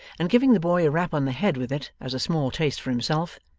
and giving the boy rap on the head with it as a small taste for himself,